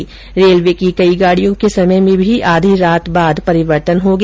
इधर रेलवे की कई गाडियों के समय में भी आधी रात बाद परिवर्तन हो गया